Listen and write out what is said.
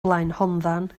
blaenhonddan